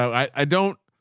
i, i don't,